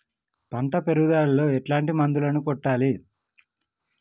పంట పెరుగుదలలో ఎట్లాంటి మందులను కొట్టాలి?